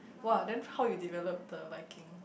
!wah! then how you develop the liking